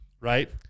right